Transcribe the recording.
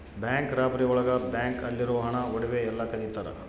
bank robbery ಒಳಗ bank ಅಲ್ಲಿರೋ ಹಣ ಒಡವೆ ಎಲ್ಲ ಕದಿತರ